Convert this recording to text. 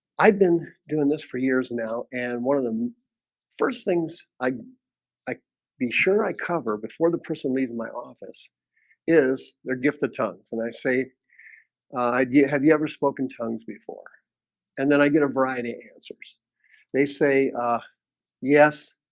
i've been doing this for years now and one of the first things i like be sure i cover before the person leaving my office is their gift of tongues and i say idea, have you ever spoken tongues before and then i get a variety answers they say ah yes,